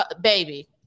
baby